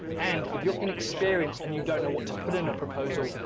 and if you're inexperienced and you don't know what to put in a proposal,